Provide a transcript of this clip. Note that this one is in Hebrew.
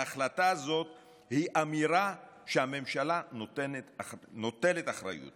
ההחלטה הזאת היא אמירה שהממשלה נוטלת אחריות